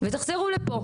ותחזרו לפה.